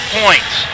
points